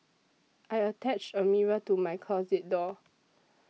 I attached a mirror to my closet door